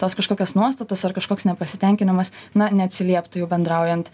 tos kažkokios nuostatos ar kažkoks nepasitenkinimas na neatsilieptų jau bendraujant